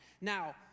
Now